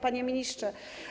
Panie Ministrze!